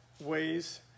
ways